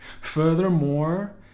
Furthermore